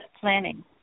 planning